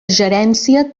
gerència